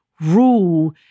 rule